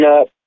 up